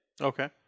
Okay